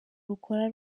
rukora